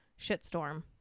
shitstorm